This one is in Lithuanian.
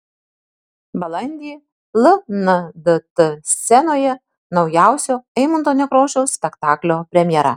balandį lndt scenoje naujausio eimunto nekrošiaus spektaklio premjera